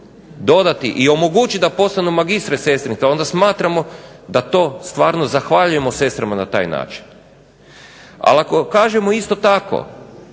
dodati i omogućiti da postanu magistre sestrinstva onda smatramo da to stvarno zahvaljujemo sestrama na taj način. Ali ako kažemo isto tako